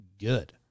good